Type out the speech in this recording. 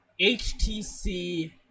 HTC